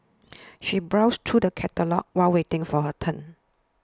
she browsed through the catalogues while waiting for her turn